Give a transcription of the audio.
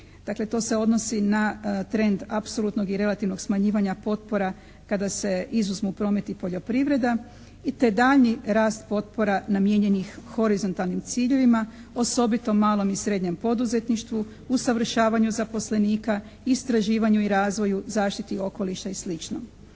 Dakle, to se odnosi na trend apsolutnog i relativnog smanjivanja potpora kada se izuzmu promet i poljoprivreda i taj daljnji rast potpora namijenjenih horizontalnim ciljevima osobito malom i srednjem poduzetništvu, usavršavanju zaposlenika, istraživanju i razvoju, zaštiti okoliša i